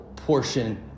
portion